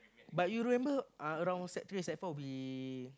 but you remember around Sec three Sec four we